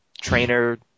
trainer